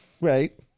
right